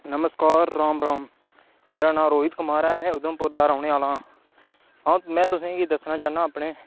नमस्कार राम राम मेरा नांऽ रोहित कुमार ऐ में उधमपुर दा रौह्ने आह्ला आं अ'ऊं में तुसें गी दस्सना चाह्न्ना अपने